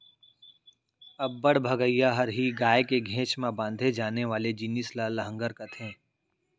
अब्बड़ भगइया हरही गाय के घेंच म बांधे जाने वाले जिनिस ल लहँगर कथें